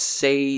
say